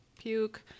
puke